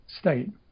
state